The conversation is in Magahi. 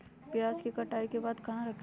प्याज के कटाई के बाद कहा रखें?